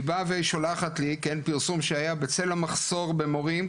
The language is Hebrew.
היא באה והיא שולחת לי פרסום שהיה בצל המחסור במורים,